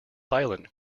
silent